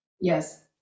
Yes